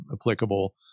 applicable